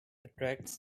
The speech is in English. attracts